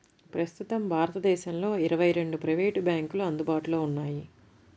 ప్రస్తుతం భారతదేశంలో ఇరవై రెండు ప్రైవేట్ బ్యాంకులు అందుబాటులో ఉన్నాయి